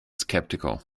sceptical